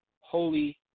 holy